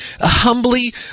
humbly